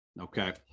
okay